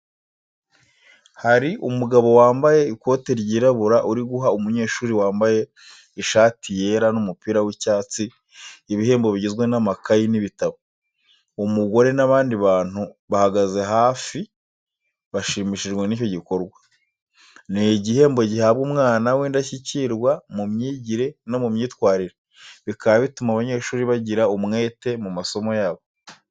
Hari umugabo wambaye ikote ryirabura uri guha umunyeshuri wambaye ishati yera n’umupira w’icyatsi ibihembo bigizwe n'amakaye n'ibitabo. Umugore n’abandi bantu bahagaze hafi bashimishijwe n'icyo gikorwa. Ni igihembo gihabwa umwana w'indashyikirwa mu myigire no myitwarire, bikaba bituma abanyeshuri bagira umwete mu masomo yabo.